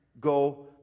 go